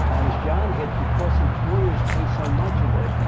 and as john hit, because employers pay so much of it,